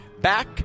Back